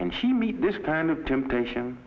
can she meet this kind of temptation